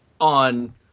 on